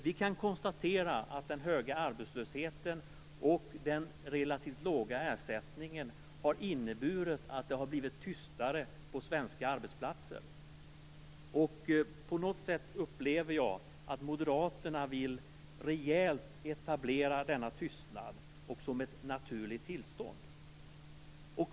Vi kan konstatera att den höga arbetslösheten och den relativt låga ersättningen har inneburit att det har blivit tystare på svenska arbetsplatser. Jag upplever att Moderaterna vill etablera denna tystnad som ett naturligt tillstånd.